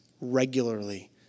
regularly